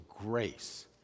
grace